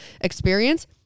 experience